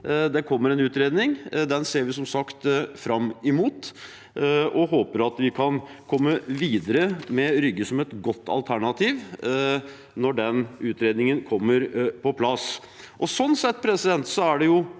Det kommer en utredning. Den ser vi som sagt fram mot. Vi håper at vi kan komme videre med Rygge som et godt alternativ, når den utredningen kommer på plass. Sånn sett er det prisverdig at